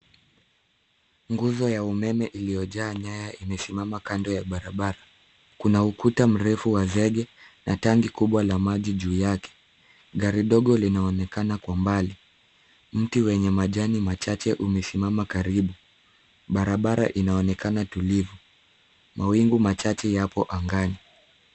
Nguzo ya umeme iliyojaa nyaya imesimama kando ya barabara. Kuna ukuta mrefu wa zege na tangi kubwa la maji juu yake. Gari dogo linaonekana kwa mbali. Mti wenye majani machache umesimama karibu. Barabara inaonekana tulivu. Mawingu machache yapo angani.